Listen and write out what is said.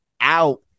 out